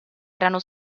erano